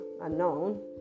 unknown